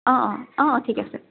অ' অ' অ' অ' ঠিক আছে